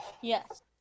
Yes